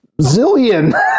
zillion